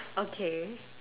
okay